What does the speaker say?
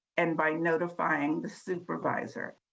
and by notifying the supervisor.